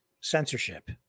censorship